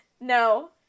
No